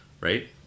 right